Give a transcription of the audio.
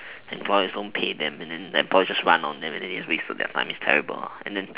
and employers don't paid them then employers just run just wait for their money it's terrible and then